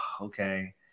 okay